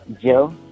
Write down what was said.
Joe